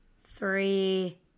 three